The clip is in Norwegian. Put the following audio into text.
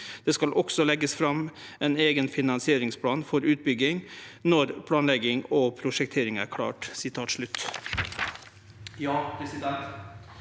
Det skal også legges frem en egen finansieringsplan for utbyggingen når planlegging og prosjektering er klart.»